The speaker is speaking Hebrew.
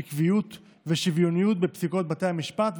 עקיבות ושוויוניות בפסיקות בתי המשפט,